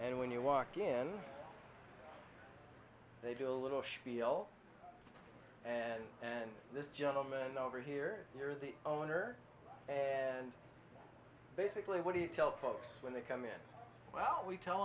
and when you walk in they do a little spiel and and this gentleman over here you're the owner and basically what do you tell folks when they come in well we tell